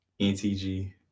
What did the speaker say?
NTG